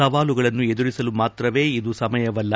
ಸವಾಲುಗಳನ್ನು ಎದುರಿಸಲು ಮಾತ್ರವೇ ಇದು ಸಮಯವಲ್ಲ